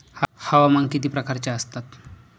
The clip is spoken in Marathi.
हवामान किती प्रकारचे असतात?